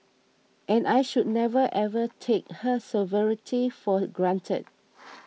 and I should never ever take her sovereignty for granted